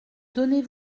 donnez